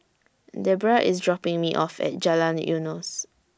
Debbra IS dropping Me off At Jalan Eunos